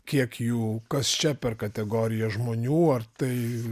kiek jų kas čia per kategorija žmonių ar tai